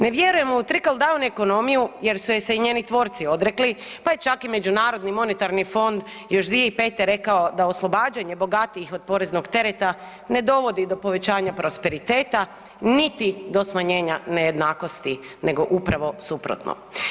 Ne vjerujemo u trickle-down ekonomiju jer su je se i njeni tvorci odrekli pa je čak i Međunarodni monetarni fond još 2005. rekao da oslobađanje bogatijih od poreznog tereta ne dovodi do povećanja prosperiteta niti smanjenja nejednakosti nego upravo suprotno.